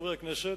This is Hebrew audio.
חברי הכנסת,